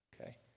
Okay